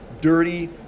dirty